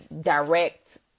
direct